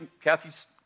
Kathy's